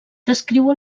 descriu